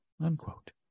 unquote